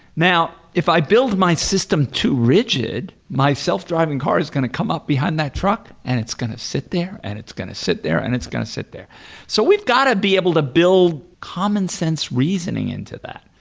now if i build my system too rigid, my self-driving car is going to come up behind that truck and it's going to sit there and it's going to sit there and it's going to sit there so we've got to be able to build common-sense reasoning into that.